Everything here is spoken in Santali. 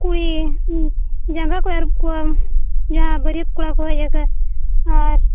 ᱠᱩᱭᱮ ᱡᱟᱸᱜᱟ ᱠᱚ ᱟᱹᱨᱩᱵ ᱠᱚᱣᱟ ᱡᱟᱦᱟᱸ ᱵᱟᱹᱨᱭᱟᱹᱛ ᱠᱚᱲᱟ ᱠᱚ ᱦᱮᱡ ᱟᱠᱟᱱ ᱟᱨ